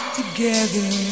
together